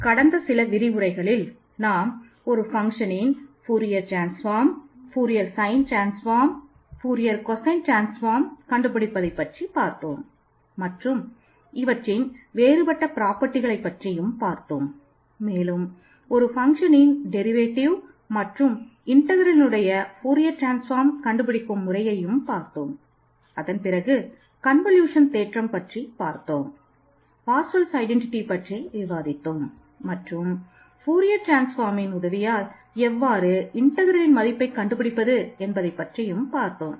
கடந்த சில விரிவுரைகளில் நாம் ஒரு ஃபங்க்ஷனின் மதிப்பை கண்டுபிடிப்பது என்பதை பற்றியும் பார்த்தோம்